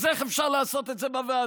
אז איך אפשר לעשות את זה בוועדות?